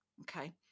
okay